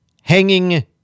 hanging